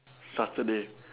Saturday